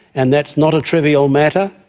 and that's not a trivial matter.